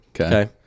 okay